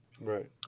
right